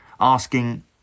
asking